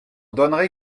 donnerai